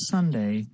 Sunday